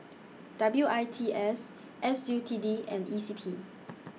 W I T S S U T D and E C P